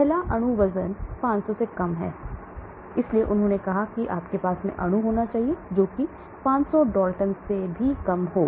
पहला अणु वजन 500 से कम है इसलिए उन्होंने कहा कि आपके पास अणु होने चाहिए जो कि 500 से भी कम हैं